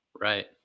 Right